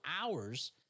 hours